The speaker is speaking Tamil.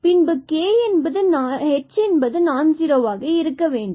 பின்பு h என்பது நான் ஜீரோவாக இருக்க வேண்டும்